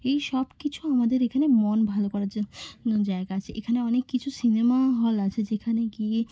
এইসব কিছু আমাদের এখানে মন ভালো করার জন্য জায়গা আছে এখানে অনেক কিছু সিনেমাও হল আছে যেখানে গিয়ে